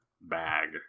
Bag